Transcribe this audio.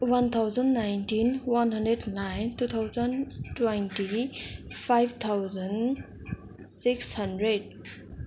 one thousand nineteen one hundred nine two thousand twenty five thousand six hundred